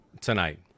tonight